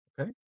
Okay